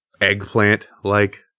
eggplant-like